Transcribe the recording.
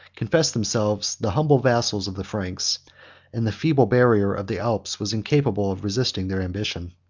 confessed themselves the humble vassals of the franks and the feeble barrier of the alps was incapable of resisting their ambition.